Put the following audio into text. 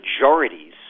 majorities